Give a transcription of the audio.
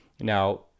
Now